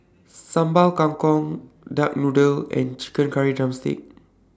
Sambal Kangkong Duck Noodle and Chicken Curry Drumstick